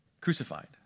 Crucified